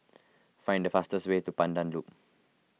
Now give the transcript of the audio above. find the fastest way to Pandan Loop